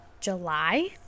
July